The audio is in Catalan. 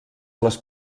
les